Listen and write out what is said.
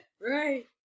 Right